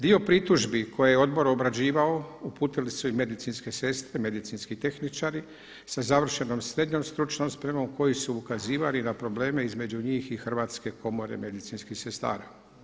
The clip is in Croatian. Dio pritužbi koje je odbor obrađivao uputili su i medicinske sestre i medicinski tehničari sa završenom srednjom stručnom spremom koji su ukazivali na probleme između njih i Hrvatske komore medicinskih sestara.